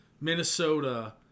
Minnesota